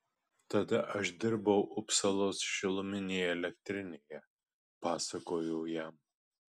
tada aš dirbau upsalos šiluminėje elektrinėje pasakojau jam